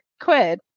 quid